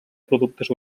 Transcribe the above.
productes